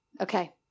Okay